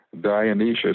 Dionysius